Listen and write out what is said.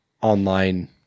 online